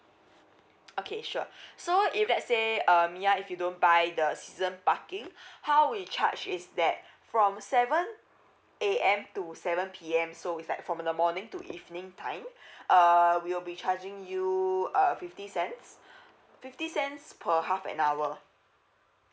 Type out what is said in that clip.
okay sure so if let's say uh mya if you don't buy the season parking how we charge is that from seven A_M to seven P_M so is like from the morning to evening time uh we will be charging you uh fifty cents fifty cents per half an hour